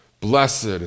blessed